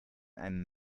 einem